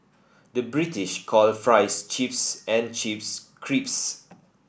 the British call fries chips and chips crisps